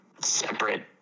separate